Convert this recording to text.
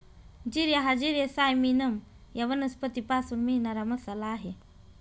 जिरे हा जिरे सायमिनम या वनस्पतीपासून मिळणारा मसाला आहे